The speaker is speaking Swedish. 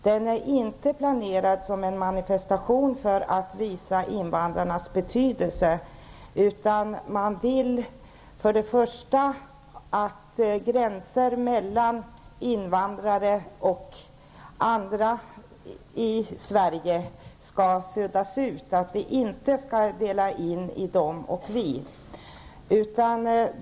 Den är inte planerad som en manifestation för att visa invandrarnas betydelse, utan de vill först och främst att gränser mellan invandrare och andra i Sverige skall suddas ut, så att det inte görs en uppdelning i ''de'' och ''vi''.